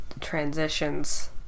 transitions